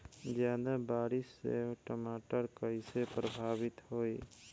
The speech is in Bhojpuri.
ज्यादा बारिस से टमाटर कइसे प्रभावित होयी?